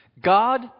God